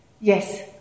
Yes